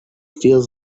feels